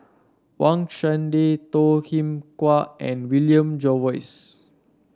Wang Chunde Toh Kim Hwa and William Jervois